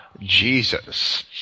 Jesus